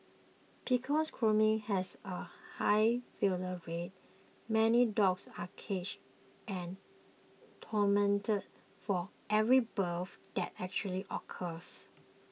because cloning has a high failure rate many dogs are caged and tormented for every birth that actually occurs